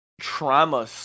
trauma